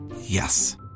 Yes